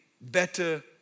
better